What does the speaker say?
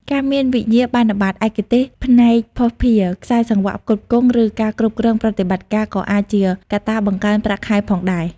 ការមានវិញ្ញាបនបត្រឯកទេសផ្នែកភស្តុភារ ខ្សែសង្វាក់ផ្គត់ផ្គង់ ឬការគ្រប់គ្រងប្រតិបត្តិការ ក៏អាចជាកត្តាបង្កើនប្រាក់ខែផងដែរ។